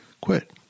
Quit